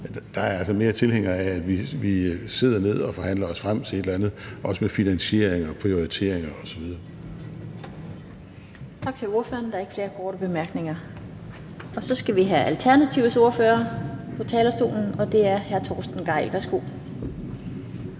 er jeg altså mere tilhænger af, at vi sætter os ned og forhandler os frem til et eller andet, også i forhold til finansiering og prioriteringer osv.